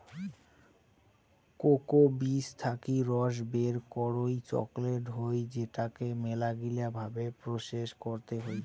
cocoa বীজ থাকি রস বের করই চকলেট হই যেটোকে মেলাগিলা ভাবে প্রসেস করতে হই